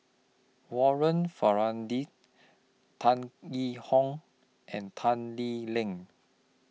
Warren Ferndez Tan Yee Hong and Tan Lee Leng